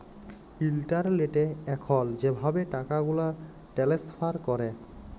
ইলটারলেটে এখল যেভাবে টাকাগুলা টেলেস্ফার ক্যরে